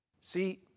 See